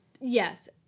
Yes